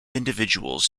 individuals